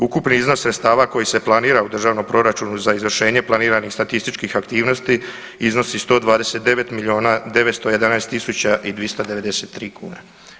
Ukupni iznos sredstava koji se planira u državnom proračunu za izvršenje planiranih statističkih aktivnosti iznosi 129 milijuna 911 tisuća i 293 kune.